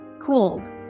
cool